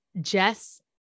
Jess